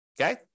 okay